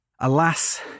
Alas